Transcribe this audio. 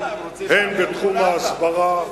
הן בתחום ההסברה,